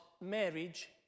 marriage